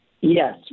Yes